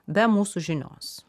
be mūsų žinios